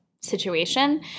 situation